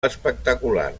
espectacular